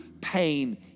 pain